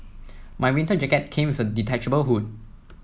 my winter jacket came with a detachable hood